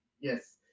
Yes